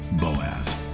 Boaz